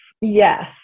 yes